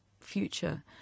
Future